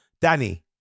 Danny